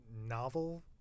novel